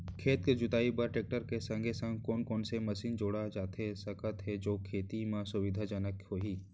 खेत के जुताई बर टेकटर के संगे संग कोन कोन से मशीन जोड़ा जाथे सकत हे जो खेती म सुविधाजनक होही?